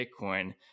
Bitcoin